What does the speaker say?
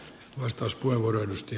arvoisa puhemies